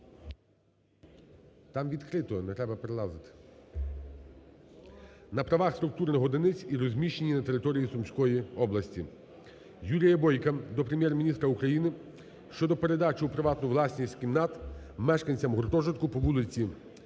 (там відкрито, не треба перелазити) на правах структурних одиниць і розміщенні на території Сумської області. Юрія Бойка до Прем'єр-міністра України щодо передачі у приватну власність кімнат, мешканцям гуртожитку по вулиці М. Бірюзова,